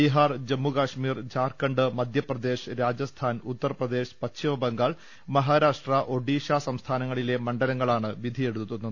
ബീഹാർ ജമ്മുകൾമീർ ജാർഖണ്ഡ് മധ്യപ്ര ദേശ് രാജസ്ഥാൻ ഉത്തർപ്രദേശ് പശ്ചിമ ബംഗാൾ മഹാരാഷ്ട്ര ഒഡീഷ സംസ്ഥാനങ്ങളിലെ മണ്ഡലങ്ങളാണ് വിധിയെഴുതുന്നത്